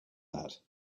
that